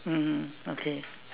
mmhmm okay